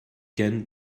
can